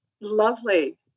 lovely